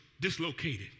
dislocated